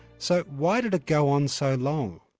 so why did it go on so long?